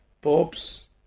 Bob's